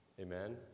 Amen